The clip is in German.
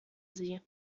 sie